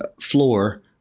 Floor